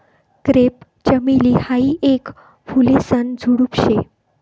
crepe चमेली हायी येक फुलेसन झुडुप शे